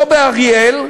לא באריאל,